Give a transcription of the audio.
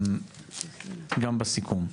בסיכום.